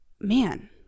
man